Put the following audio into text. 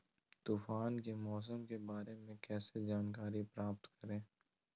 तूफान के मौसम के बारे में कैसे जानकारी प्राप्त करें?